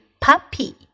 puppy